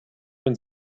when